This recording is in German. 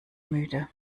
müde